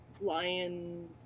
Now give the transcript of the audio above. lion